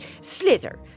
slither